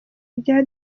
rya